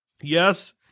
Yes